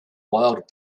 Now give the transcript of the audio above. wild